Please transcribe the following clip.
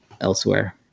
elsewhere